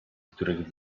których